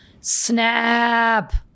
Snap